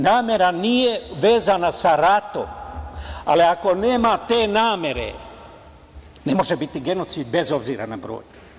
Namera nije vezana sa ratom, ali ako nema te namere, ne može biti genocid, bez obzira na broj.